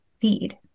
feed